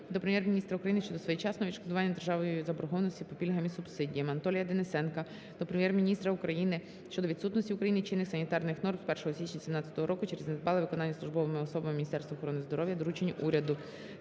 до Прем'єр-міністра України щодо своєчасного відшкодування державою заборгованості по пільгам та субсидіям. Анатолія Денисенка до Прем'єр-міністра України щодо відсутності в Україні чинних санітарних норм з 1 січня 2017 року через недбале виконання службовими особами Міністерства охорони здоров'я доручень уряду.